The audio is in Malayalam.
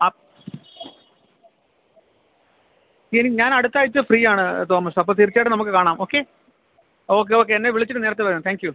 അപ്പം ശരി ഞാൻ അടുത്തയാഴ്ച്ച ഫ്രീയാണ് തോമസ് അപ്പം തീർച്ചയായിട്ടും നമുക്ക് കാണാം ഓക്കെ ഓക്കെ ഓക്കെ എന്നെ വിളിച്ചിട്ട് നേരത്തെ വരാം താങ്ക് യൂ